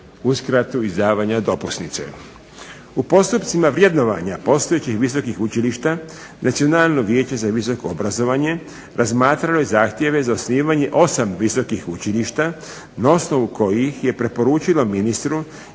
U postupcima vrednovanja postojećih visokih učilišta Nacionalno vijeće za visoko obrazovanje razmatralo je zahtjeve za osnivanje osam visokih učilišta na osnovu kojih je preporučilo ministru